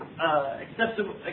Acceptable